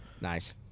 Nice